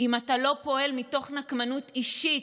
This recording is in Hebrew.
אם אתה לא פועל מתוך נקמנות אישית,